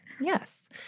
Yes